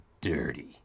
dirty